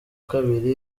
kabiri